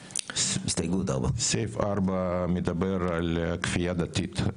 הסתייגות מספר 4. סעיף 4 מדבר על כפייה דתית .